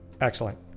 Excellent